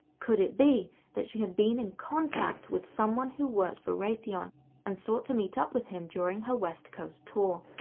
could it be that she had been in contact with someone who worked for raytheon and sought to meet up with him during her west coast tour?